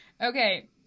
Okay